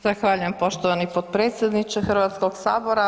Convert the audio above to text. Zahvaljujem poštovani potpredsjedniče Hrvatskog sabora.